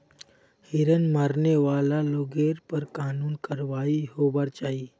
हिरन मारने वाला लोगेर पर कानूनी कारवाई होबार चाई